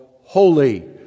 holy